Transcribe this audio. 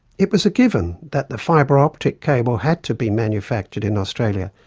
it was a given that the fibre optic cable had to be manufactured in australia,